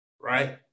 Right